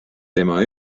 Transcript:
tema